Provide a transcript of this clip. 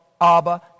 Abba